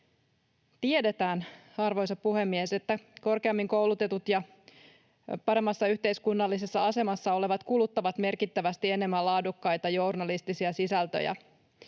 Tiedetään, arvoisa puhemies, että korkeammin koulutetut ja paremmassa yhteiskunnallisessa asemassa olevat kuluttavat merkittävästi enemmän laadukkaita journalistisia sisältöjä.